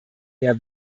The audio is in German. mehr